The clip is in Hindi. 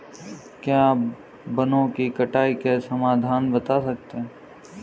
क्या आप वनों की कटाई के समाधान बता सकते हैं?